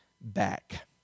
back